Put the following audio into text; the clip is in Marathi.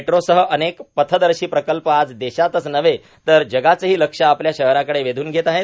मेट्रोसह अनेक पथदर्शी प्रकल्प आज देशाचच नव्हे तर जगाचेही लक्ष आपल्या शहराकडे वेधून घेत आहेत